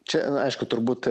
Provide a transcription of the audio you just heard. čia aišku turbūt